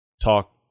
talk